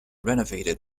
renovated